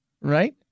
Right